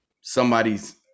somebody's